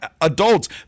adults